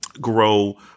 grow